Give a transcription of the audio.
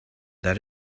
that